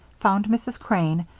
found mrs. crane,